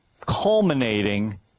culminating